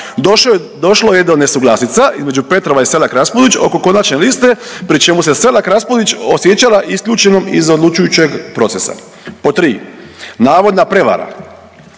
došlo je do nesuglasica između Petrova i Selak Raspudić oko konačne liste pri čemu se Selak-Raspudić osjećala isključenom iz odlučujućeg procesa. Pod tri. Navodna prevara.